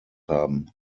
haben